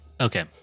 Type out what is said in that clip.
okay